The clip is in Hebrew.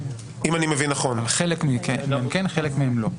עם חלק מהם כן ועם חלק מהם לא.